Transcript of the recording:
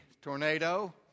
tornado